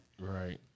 Right